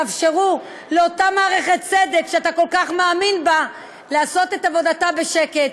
תאפשרו לאותה מערכת צדק שאתה כל כך מאמין בה לעשות את עבודתה בשקט,